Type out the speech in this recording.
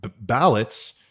ballots